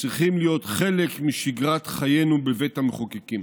צריכים להיות חלק משגרת חיינו בבית המחוקקים.